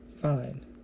fine